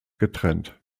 getrennt